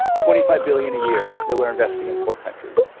twenty five billion a year that we're investing in poor countries,